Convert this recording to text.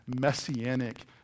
messianic